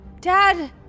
Dad